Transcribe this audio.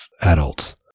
adults